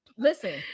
Listen